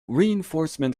reinforcement